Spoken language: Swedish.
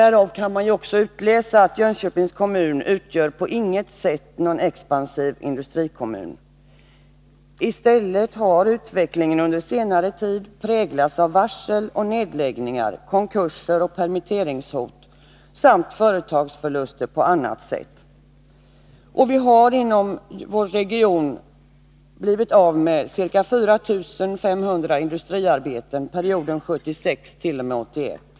Därav kan man också utläsa att Jönköpings kommun på inget sätt utgör någon expansiv industrikommun. I stället har utvecklingen under senare tid präglats av varsel och nedläggningar, konkursoch nedläggningshot samt företagsförluster på annat sätt. Vi har inom vår region blivit av med ca 4 500 industriarbeten under perioden 1976-1981.